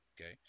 okay